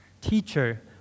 teacher